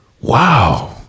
Wow